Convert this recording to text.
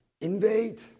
invade